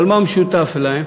אבל מה משותף להם?